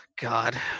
God